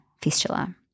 fistula